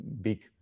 big